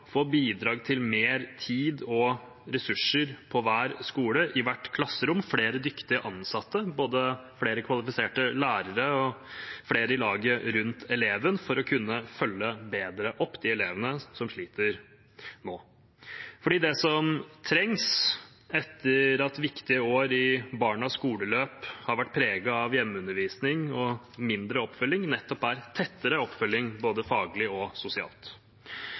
få bidrag til mer tid og ressurser på hver skole i hvert klasserom, flere dyktige ansatte, både flere kvalifiserte lærere og flere i laget rundt eleven, for å kunne følge bedre opp de elevene som sliter nå. Det som trengs etter at viktige år i barnas skoleløp har vært preget av hjemmeundervisning og mindre oppfølging, er nettopp tettere oppfølging både faglig og sosialt.